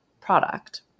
product